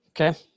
Okay